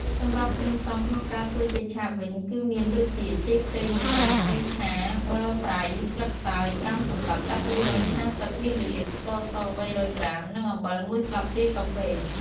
សម្រាប់គ្រឿងផ្សំក្នុងការធ្វើចេកឆាបវិញ គឺមានដូចជា ចេកខ្ចី ១ ស្និត ប្រេងឆា ប័រប្រៃ ស្លឹកតើយ ៥ សន្លឹក ទឹក ២៥០ មីលីលីត្រ ស្ករស ៣០០ក្រាម និង អំបិល ១ ស្លាបព្រាកាហ្វេ។